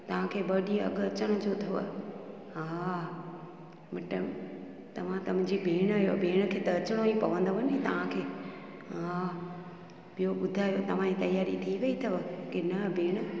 तव्हांखे ॿ ॾींहं अॻु अचण जो अथव हा मिट तव्हां त मुंहिंजी भेण आहियो भेण खे त अचिणो ई पवंदव नी तव्हांखे हा ॿियो ॿुधायो तव्हांजी तयारी थी वई अथव की न भेण